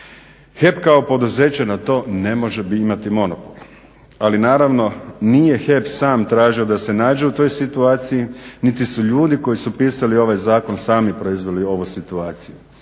HEP kao poduzeće na to ne može imati monopol. Ali naravno, nije HEP sam tražio da se nađe u toj situaciji niti su ljudi koji su pisali ovaj zakon sami proizveli ovu situaciju.